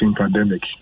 pandemic